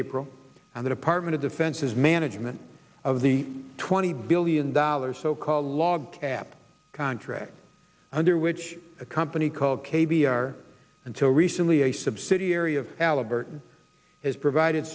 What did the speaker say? april on the department of defense's management of the twenty billion dollars or so called log cap contract under which a company called k b r until recently a subsidiary of halliburton has provided